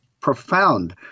profound